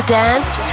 dance